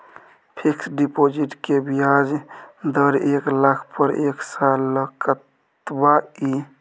Fixed deposit के ब्याज दर एक लाख पर एक साल ल कतबा इ?